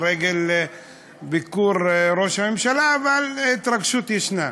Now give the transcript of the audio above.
לרגל ביקור ראש הממשלה, אבל התרגשות ישְנה.